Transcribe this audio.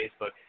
Facebook